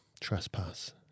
trespass